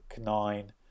nine